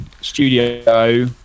Studio